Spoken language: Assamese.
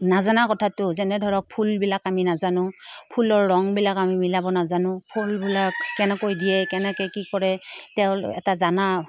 নজানা কথাটো যেনে ধৰক ফুলবিলাক আমি নাজানো ফুলৰ ৰংবিলাক আমি মিলাব নাজানো ফুলবিলাক কেনেকৈ দিয়ে কেনেকে কি কৰে তেওঁ এটা জানা